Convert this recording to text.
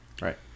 Right